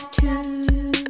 two